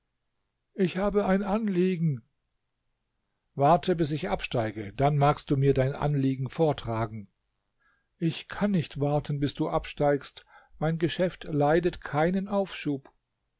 ich habe ein anliegen warte bis ich absteige dann magst du mir dein anliegen vortragen ich kann nicht warten bis du absteigst mein geschäft leidet keinen aufschub